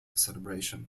celebration